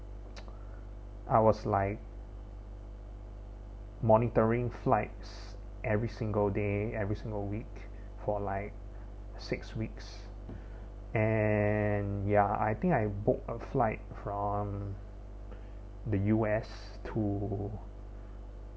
I was like monitoring flights every single day every single week for like six weeks and ya I think I booked a flight from the U_S to